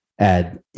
add